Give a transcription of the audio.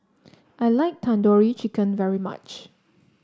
I like Tandoori Chicken very much